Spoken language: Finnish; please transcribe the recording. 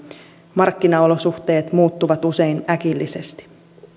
markkinaolosuhteet muuttuvat usein äkillisesti